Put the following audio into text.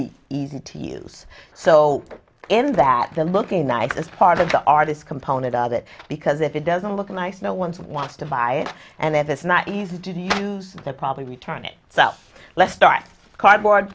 be easy to use so in that the looking nice is part of the artist component of it because if it doesn't look nice no one wants to buy it and it's not easy to do you probably return it so let's start cardboard